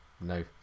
No